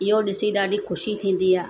इहो ॾिसी ॾाढी ख़ुशी थींदी आहे